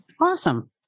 Awesome